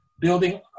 building